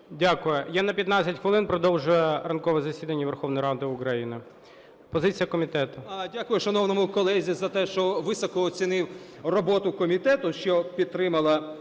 Дякую. Я на 15 хвилин продовжую ранкове засідання Верховної Ради України. Позиція комітету. 14:00:06 КАЛЬЧЕНКО С.В. Дякую шановному колезі за те, що високо оцінив роботу комітету, що підтримала